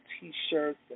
T-shirts